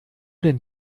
denn